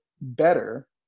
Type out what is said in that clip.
better